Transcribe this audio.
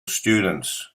students